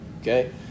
okay